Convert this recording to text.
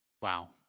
Wow